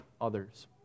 others